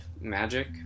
magic